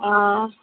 অঁ